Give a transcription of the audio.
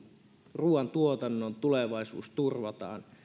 ruoantuotannon tulevaisuus turvataan